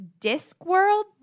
Discworld